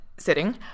sitting